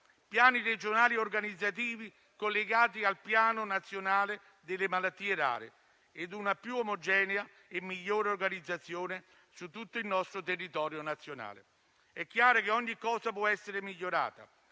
piani regionali organizzativi collegati al Piano nazionale delle malattie rare e una più omogenea e migliore organizzazione su tutto il nostro territorio nazionale. È chiaro che ogni cosa può essere migliorata.